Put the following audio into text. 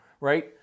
right